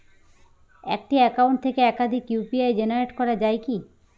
একটি অ্যাকাউন্ট থেকে একাধিক ইউ.পি.আই জেনারেট করা যায় কি?